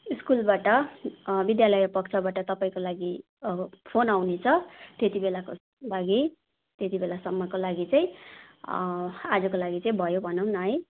स्कुलबाट विद्यालय पक्षबाट तपाईँको लागि फोन आउनेछ त्यति बेलाको लागि त्यति बेलासम्मको लागि चाहिँ आजको लागि चाहिँ भयो भनौँ न है